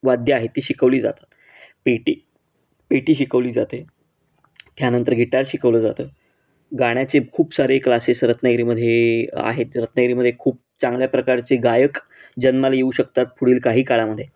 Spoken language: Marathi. वाद्यं आहेत ती शिकवली जातात पेटी पेटी शिकवली जाते त्यानंतर गिटार शिकवलं जातं गाण्याचे खूप सारे क्लासेस रत्नागिरीमध्ये आहेत रत्नागिरीमध्ये खूप चांगल्या प्रकारचे गायक जन्माला येऊ शकतात पुढील काही काळामध्ये